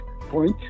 point